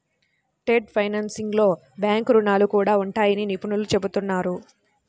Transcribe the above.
debt ఫైనాన్సింగ్లో bank రుణాలు కూడా ఉంటాయని నిపుణులు చెబుతున్నారు